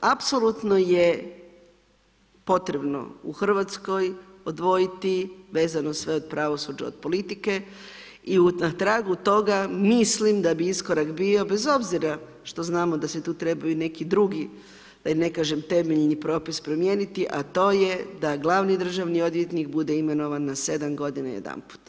Apsolutno je potrebno u Hrvatskoj odvojiti vezano sve od pravosuđa, od politike i na tragu toga mislim da bi iskorak bio, bez obzira što znamo da se tu trebaju i neki drugi, da i ne kažem temeljni propis promijeniti a to je da glavni državni odvjetnik bude imenovan na 7 godina jedanput.